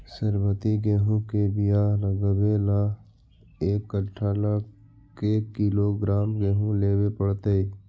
सरबति गेहूँ के बियाह लगबे ल एक कट्ठा ल के किलोग्राम गेहूं लेबे पड़तै?